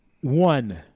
One